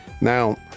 Now